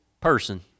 person